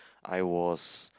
I was